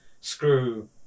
screw